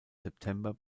september